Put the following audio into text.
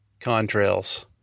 contrails